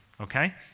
okay